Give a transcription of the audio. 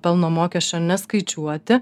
pelno mokesčio neskaičiuoti